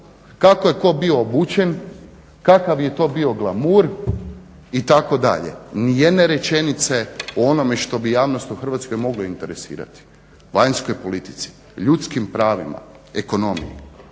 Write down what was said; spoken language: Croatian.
kako je tko bio obučen, kakav je to bio glamur itd. Nijedne rečenice o onome što bi javnost u Hrvatskoj moglo interesirati, vanjskoj politici, ljudskim pravima, ekonomiji.